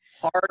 hard